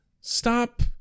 stop